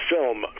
film